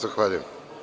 Zahvaljujem.